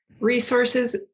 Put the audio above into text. resources